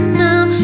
now